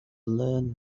learn